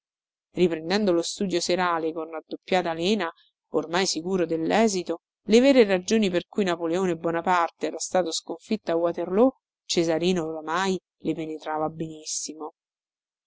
riprendendo lo studio serale con raddoppiata lena ormai sicuro dellesito le vere ragioni per cui napoleone bonaparte era stato sconfitto a waterloo cesarino oramai le penetrava benissimo